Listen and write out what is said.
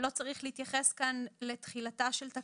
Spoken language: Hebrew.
תקנה (2) תיכנס לתוקף מיד עם פרסום